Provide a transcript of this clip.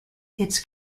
its